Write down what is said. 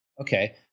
Okay